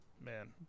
man